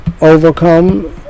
overcome